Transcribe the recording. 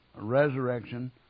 resurrection